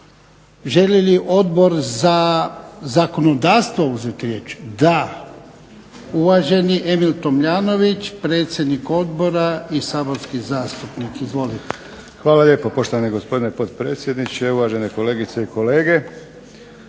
Želi li Odbor za zakonodavstvo uzeti riječ? Da. Uvaženi Emil Tomljanović, predsjednik odbora i saborski zastupnik. Izvolite. **Tomljanović, Emil (HDZ)** Hvala lijepo poštovani gospodine potpredsjedniče, uvažene kolegice i kolege.